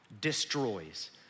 destroys